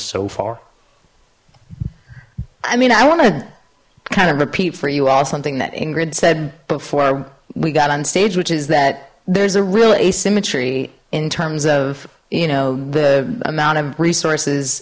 so far i mean i want to kind of repeat for you all something that ingrid said before we got on stage which is that there's a real asymmetry in terms of you know the amount of resources